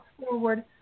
forward